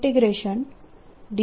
0 dV 0E